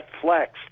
flex